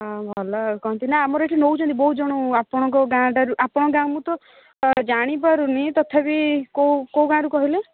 ହଁ ଭଲ ଆଉ କ'ଣ କିନା ଆମର ଏଠି ନେଉଛନ୍ତି ବହୁତ ଜଣ ଆପଣଙ୍କ ଗାଁ ଠାରୁ ଆପଣଙ୍କ ଗାଁ ମୁଁ ତ ଜାଣି ପାରୁନି ତଥାପି କୋଉ କୋଉ ଗାଁରୁ କହିଲେ